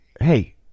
hey